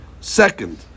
second